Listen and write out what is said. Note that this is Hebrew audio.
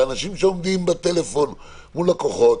את האנשים שעומדים בטלפון מול לקוחות,